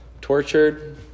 tortured